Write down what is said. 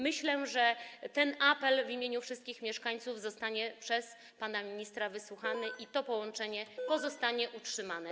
Myślę, że ten apel w imieniu wszystkich mieszkańców zostanie przez pana ministra wysłuchany i że to połączenie zostanie utrzymane.